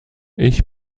ich